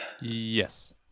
Yes